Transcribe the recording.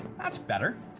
that's better.